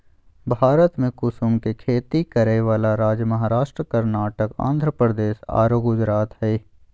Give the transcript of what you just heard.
भारत में कुसुम के खेती करै वाला राज्य महाराष्ट्र, कर्नाटक, आँध्रप्रदेश आरो गुजरात हई